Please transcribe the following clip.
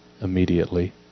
immediately